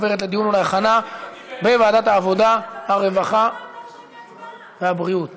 לוועדת העבודה, הרווחה והבריאות